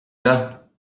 gars